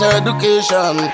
education